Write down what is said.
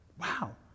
wow